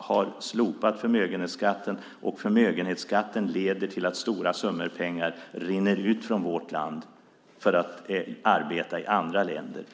har slopat förmögenhetsskatten och förmögenhetsskatten leder till att stora summor pengar rinner ut från vårt land för att arbeta i andra länder.